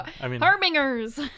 Harbingers